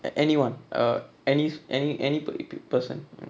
an anyone err any any any pe~ person